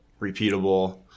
repeatable